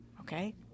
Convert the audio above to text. Okay